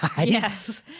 Yes